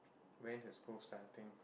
when his school starting